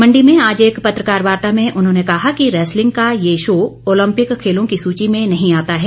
मण्डी में आज एक पत्रकार वार्ता में उन्होंने कहा कि रैसलिंग का ये शो ओलंपिक खेलों की सूची में नहीं आता है